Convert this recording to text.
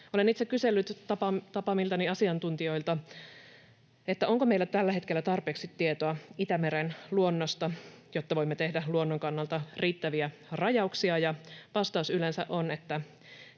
Olen itse kysellyt tapaamiltani asiantuntijoilta, onko meillä tällä hetkellä tarpeeksi tietoa Itämeren luonnosta, jotta voimme tehdä luonnon kannalta riittäviä rajauksia, ja vastaus yleensä on, että